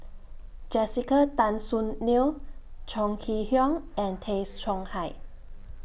Jessica Tan Soon Neo Chong Kee Hiong and Tay Chong Hai